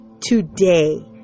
today